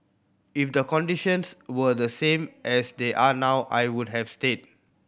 if the conditions were the same as they are now I would have stayed